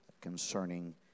concerning